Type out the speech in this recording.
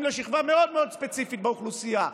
לשכבה מאוד מאוד ספציפית באוכלוסייה,